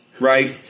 Right